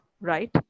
Right